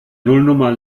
nullnummer